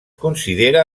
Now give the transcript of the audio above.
considera